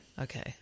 Okay